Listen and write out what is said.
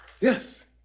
Yes